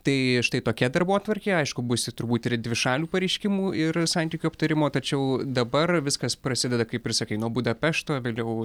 tai štai tokia darbotvarkė aišku bus turbūt ir dvišalių pareiškimų ir santykių aptarimo tačiau dabar viskas prasideda kaip ir sakai nuo budapešto vėliau